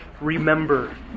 remember